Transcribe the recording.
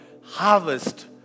harvest